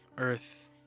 Earth